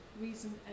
reason